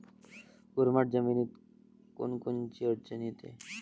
मुरमाड जमीनीत कोनकोनची अडचन येते?